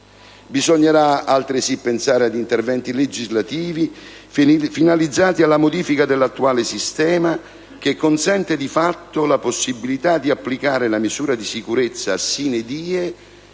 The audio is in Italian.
Bisognerà, altresì, pensare ad interventi legislativi finalizzati alla modifica dell'attuale sistema che consente, di fatto, la possibilità di applicare la misura di sicurezza *sine die,*